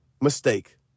mistake